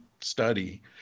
study